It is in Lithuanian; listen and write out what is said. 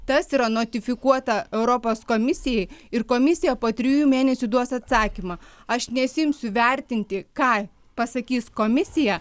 tas yra notifikuota europos komisijai ir komisija po trijų mėnesių duos atsakymą aš nesiimsiu vertinti ką pasakys komisija